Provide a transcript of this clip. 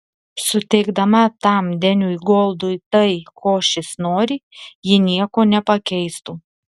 suteikdama tam deniui goldui tai ko šis nori ji nieko nepakeistų